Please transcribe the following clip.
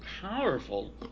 Powerful